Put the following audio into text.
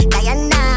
Diana